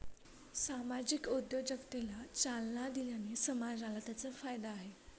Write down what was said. सामाजिक उद्योजकतेला चालना दिल्याने समाजाला त्याचा फायदा आहे